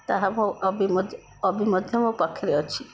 ତାହା ଅବି ମଧ୍ୟ ଅବି ମଧ୍ୟ ମୋ ପାଖରେ ଅଛି